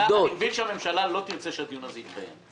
אני מבין שהממשלה לא תרצה שהדיון הזה יתקיים.